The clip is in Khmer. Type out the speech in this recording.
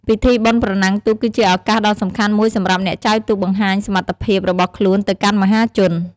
ពិធីបុណ្យប្រណាំងទូកគឺជាឱកាសដ៏សំខាន់មួយសម្រាប់អ្នកចែវទូកបង្ហាញសមត្ថភាពរបស់ខ្លួនទៅកាន់មហាជន។